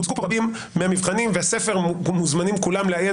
הוצגו כאן רבים מהמבחנים וכולם מוזמנים לעיין